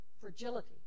fragility